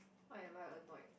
what am I annoyed